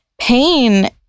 pain